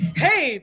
Hey